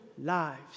lives